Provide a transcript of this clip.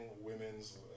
women's